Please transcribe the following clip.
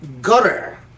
gutter